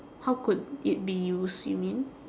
how could it be used you mean